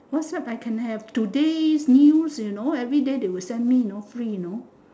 WhatsApp I can have today's news you know everyday they will send me know free know